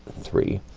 three,